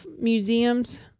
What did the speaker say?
museums